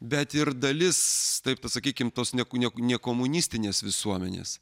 bet ir dalis taip sakykim tos ne neku nekomunistinės visuomenės